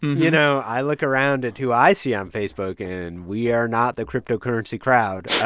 you know, i look around at who i see on facebook. and we are not the cryptocurrency crowd